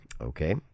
Okay